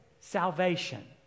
salvation